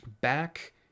back